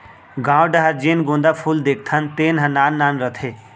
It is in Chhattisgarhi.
गॉंव डहर जेन गोंदा फूल देखथन तेन ह नान नान रथे